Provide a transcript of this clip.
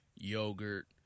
yogurt